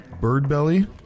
Birdbelly